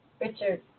richard